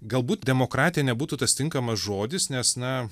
galbūt demokratija nebūtų tas tinkamas žodis nes na